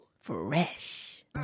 Fresh